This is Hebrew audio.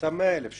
נמצא 100,000 שקל.